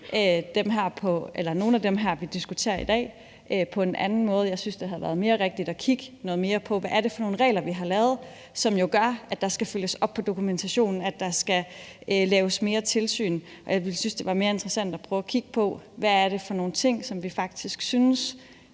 nogle af dem, vi diskuterer her i dag, på en anden måde. Jeg synes, det havde været mere rigtigt at kigge noget mere på, hvad det er for nogle regler, vi har lavet, og som jo gør, at der skal følges op på dokumentationen, og at der skal laves mere tilsyn. Jeg mener, det ville være mere interessant at prøve at kigge på, hvad det er for nogle ting, som vi faktisk synes